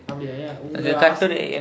அப்டியா ஏன் உங்க ஆச:apdiyaa yaen unga aasa